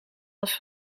was